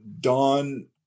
dawn